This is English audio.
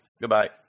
Goodbye